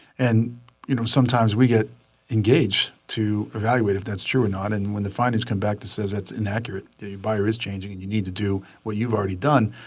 and you know sometimes we get engaged to evaluate. if that's true or not. and when the findings come back that says that's inaccurate, the buyer is changing, and you need to do what you've already done.